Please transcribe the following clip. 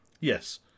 Yes